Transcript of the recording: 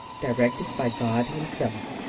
directed by god himself,